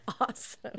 awesome